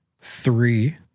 three